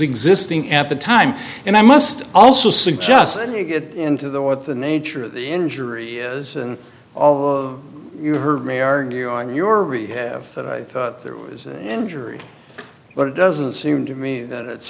existing at the time and i must also suggest you get into the what the nature of the injury is and all of you heard may argue on your read that i thought there was an injury but it doesn't seem to me that it's